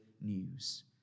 news